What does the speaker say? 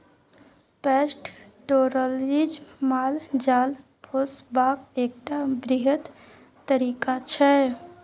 pastoralism माल जाल पोसबाक एकटा बृहत तरीका छै